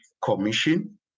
commission